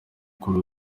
kuri